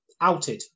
outed